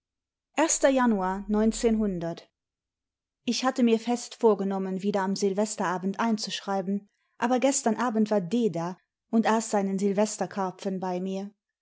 januar ich hatte nur fest vorgenommen wieder am silvesterabend einzuschreiben aber gestern abend war d da und aß seinen silvesterkarpfen bei mir